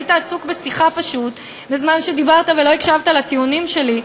היית פשוט עסוק בשיחה בזמן שדיברתי ולא הקשבת לטיעונים שלי,